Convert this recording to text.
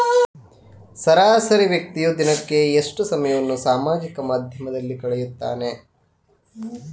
ಸರಾಸರಿ ವ್ಯಕ್ತಿಯು ದಿನಕ್ಕೆ ಎಷ್ಟು ಸಮಯವನ್ನು ಸಾಮಾಜಿಕ ಮಾಧ್ಯಮದಲ್ಲಿ ಕಳೆಯುತ್ತಾನೆ?